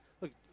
look